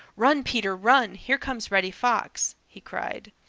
run, peter! run! here comes reddy fox! he cried.